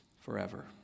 forever